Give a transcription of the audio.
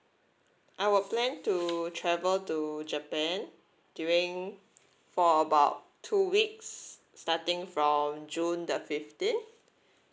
our plan to travel to japan during for about two weeks starting from june the fifteenth